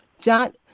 John